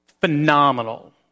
phenomenal